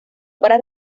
para